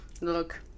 Look